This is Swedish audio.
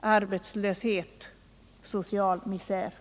Arbetslöshet — social misär.”